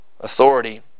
Authority